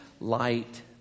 Light